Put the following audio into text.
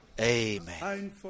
Amen